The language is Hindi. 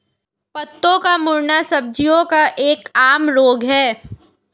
पत्तों का मुड़ना सब्जियों का एक आम रोग है